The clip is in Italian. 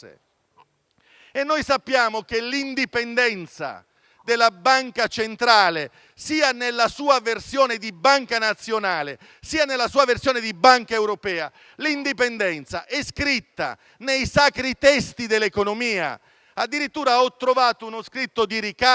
noi sappiamo che l'indipendenza della banca centrale, sia nella sua versione di banca nazionale sia nella sua versione di banca europea, è scritta nei sacri testi dell'economia. Addirittura ho trovato uno scritto di David Ricardo,